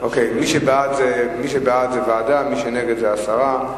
מי שבעד זה ועדה, מי שנגד זה הסרה.